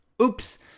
Oops